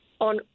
on